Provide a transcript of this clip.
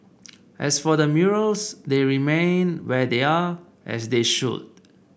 as for the murals they remain where they are as they should